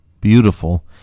beautiful